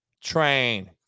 Train